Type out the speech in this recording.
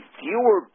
fewer